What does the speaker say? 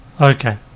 Okay